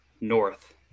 north